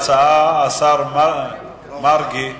ההצעה לסדר-היום